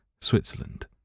Switzerland